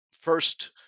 first